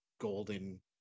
golden